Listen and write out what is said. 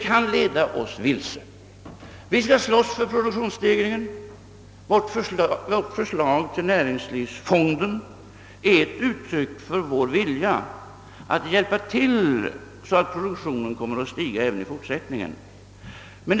Visst skall vi slåss för produktionsstegringen; vårt förslag till näringslivsfonden är ett uttryck för vår vilja att medverka till att produktionen kommer alt stiga även i fortsättningen.